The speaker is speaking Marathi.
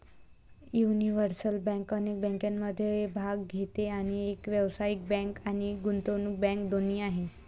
युनिव्हर्सल बँक अनेक बँकिंगमध्ये भाग घेते आणि एक व्यावसायिक बँक आणि गुंतवणूक बँक दोन्ही आहे